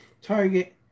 Target